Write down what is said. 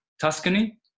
Tuscany